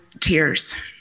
tears